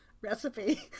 recipe